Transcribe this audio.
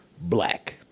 Black